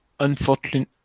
Unfortunately